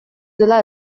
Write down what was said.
dela